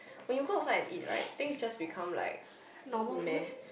when you cook outside and eat right think just become like meh